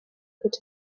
could